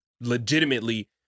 legitimately